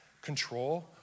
control